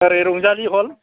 ओरै रंजालि हल